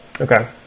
Okay